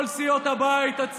שבעה חודשים,